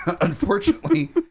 unfortunately